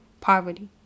Poverty